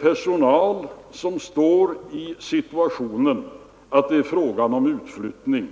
Personal som berörs av utflyttningen skall därvid